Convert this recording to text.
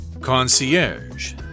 Concierge